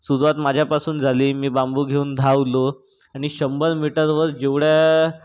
सुरवात माझ्यापासून झाली मी बांबू घेऊन धावलो आणि शंभर मीटरवर जेवढ्या